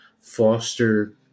foster